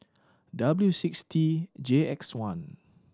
W six T J X one